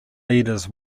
leaders